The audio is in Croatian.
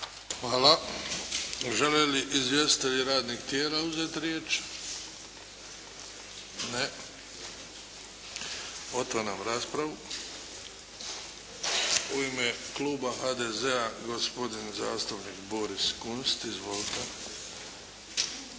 Hvala. Žele li izvjestitelji radnih tijela uzeti riječ? Ne. Otvaram raspravu. U ime Kluba HDZ-a, gospodin zastupnik Boris Kunst. **Kunst,